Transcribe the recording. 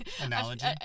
Analogy